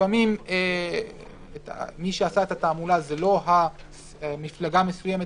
ולפעמים מי שעשה את התעמולה זה לא מפלגה מסוימת,